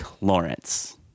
Lawrence